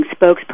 spokesperson